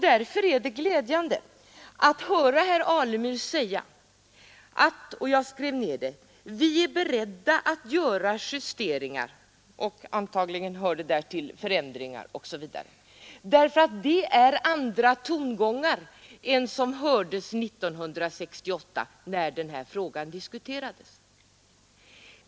Därför är det glädjande att höra herr Alemyr säga — jag skrev ned vad han sade: Vi är beredda att göra justeringar. Jag förmodar att han därmed även avsåg förändringar osv. Det är andra tongångar än vi hörde när denna fråga diskuterades 1968.